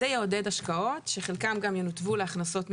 זה יעודד השקעות שחלקן גם ינותבו להכנסות ממיסים.